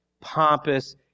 pompous